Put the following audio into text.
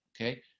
okay